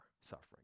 suffering